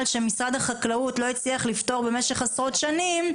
שמשרד החקלאות לא הצליח לפתור במשך עשרות שנים,